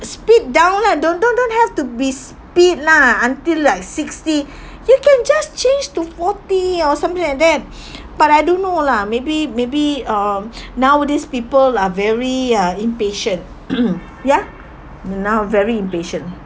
speed down lah don't don't don't have to be speed lah until like sixty you can just change to forty or something like that but I do know lah maybe maybe um nowadays people are very uh impatient ya mm now very impatient